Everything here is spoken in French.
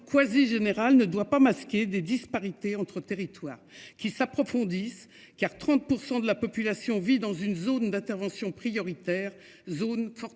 quasi générale ne doit pas masquer des disparités entre territoires qui s'approfondissent car 30% de la population vit dans une zone d'intervention prioritaire, zone fortement